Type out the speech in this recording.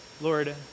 Lord